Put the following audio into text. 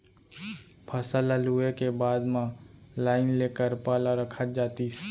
फसल ल लूए के बाद म लाइन ले करपा ल रखत जातिस